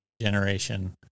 generation